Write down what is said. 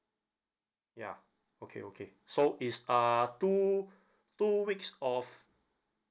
ya okay okay so is uh two two weeks of